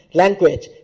language